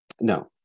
No